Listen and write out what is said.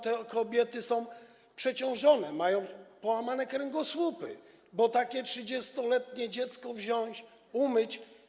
Te kobiety są przeciążone, mają połamane kręgosłupy, bo takie 30-letnie dziecko wziąć umyć.